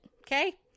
okay